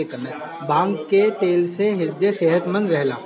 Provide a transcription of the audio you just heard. भांग के तेल से ह्रदय सेहतमंद रहेला